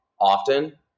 often